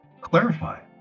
clarify